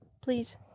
please